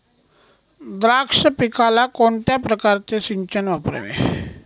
द्राक्ष पिकाला कोणत्या प्रकारचे सिंचन वापरावे?